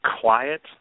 quiet